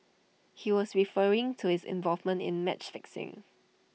he was referring to his involvement in match fixing